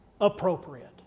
appropriate